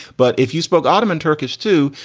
but if you spoke ottoman, turkish to,